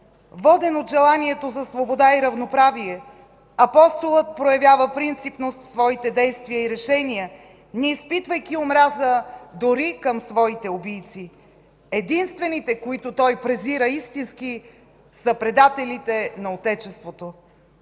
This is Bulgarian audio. Воден от желанието за свобода и равноправие, Апостола проявява принципност в своите действия и решения, неизпитвайки омраза дори към своите убийци. Единствените, които той презира истински, са предателите на Отечеството.